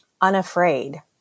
unafraid